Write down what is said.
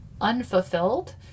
unfulfilled